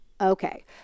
Okay